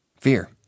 Fear